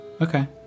Okay